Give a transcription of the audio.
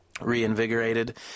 reinvigorated